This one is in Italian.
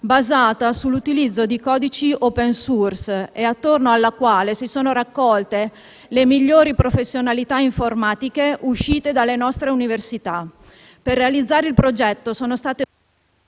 basata sull'utilizzo di codici *open source* e attorno alla quale si sono raccolte le migliori professionalità informatiche uscite dalle nostre università. Per realizzare il progetto sono state